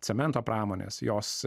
cemento pramonės jos